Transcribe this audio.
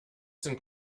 sind